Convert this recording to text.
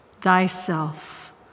thyself